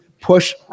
push